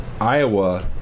Iowa